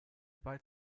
bald